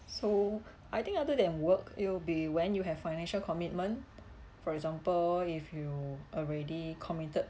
so I think other than work it will be when you have financial commitment for example if you already committed